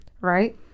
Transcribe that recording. Right